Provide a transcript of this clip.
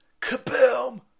Kaboom